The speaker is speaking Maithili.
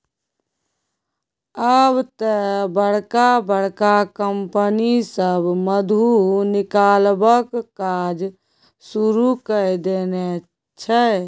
आब तए बड़का बड़का कंपनी सभ मधु निकलबाक काज शुरू कए देने छै